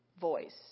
voice